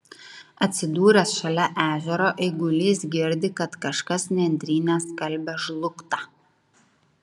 atsidūręs šalia ežero eigulys girdi kad kažkas nendryne skalbia žlugtą